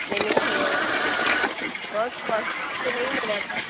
limit میں ہو بہت کوسٹلی تو نہیں نا رہتا ہے